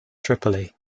tripoli